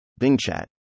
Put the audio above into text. BingChat